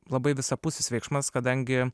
labai visapusis veiksmas kadangi